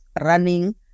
running